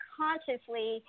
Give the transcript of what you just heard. consciously